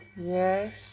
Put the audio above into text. Yes